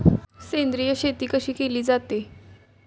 सेंद्रिय शेती कशी केली जाते?